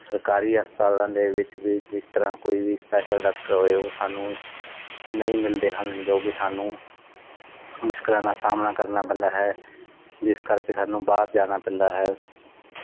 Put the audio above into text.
ਸਰਕਾਰੀ ਹਸਪਤਾਲਾਂ ਦੇ ਵਿੱਚ ਵੀ ਜਿਸ ਤਰ੍ਹਾਂ ਕੋਈ ਵੀ ਸਪੈਸ਼ਲ ਡਾਕਟਰ ਹੋਵੇ ਉਹ ਸਾਨੂੰ ਨਹੀਂ ਮਿਲਦੇ ਹਨ ਜੋ ਕਿ ਸਾਨੂੰ ਮੁਸ਼ਕਿਲਾਂ ਦਾ ਸਾਹਮਣਾ ਕਰਨਾ ਪੈਂਦਾ ਹੈ ਜਿਸ ਕਰਕੇ ਸਾਨੂੰ ਬਾਹਰ ਜਾਣਾ ਪੈਂਦਾ ਹੈ